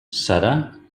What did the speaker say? serà